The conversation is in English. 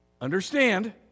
Understand